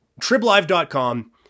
Triblive.com